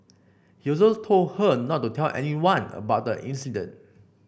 he also told her not to tell anyone about the incident